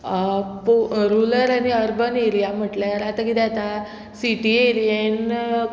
पो रुरल आनी urban area म्हटल्यार आतां कितें जाता सिटी एरियेन